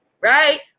right